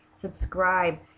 Subscribe